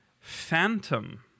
Phantom